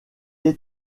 est